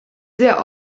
sehr